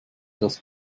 das